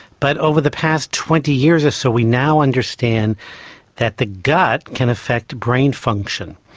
but over the past twenty years or so we now understand that the gut can affect brain function.